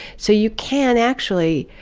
so you can actually,